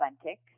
authentic